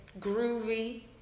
groovy